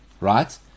right